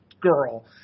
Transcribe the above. girl